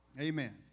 Amen